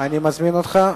אני מזמין אותך.